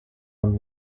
vingt